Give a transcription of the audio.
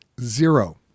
zero